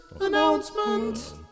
Announcement